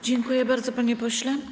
Dziękuję bardzo, panie pośle.